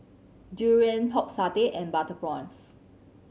durian Pork Satay and butter prawns